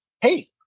Hey